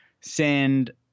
send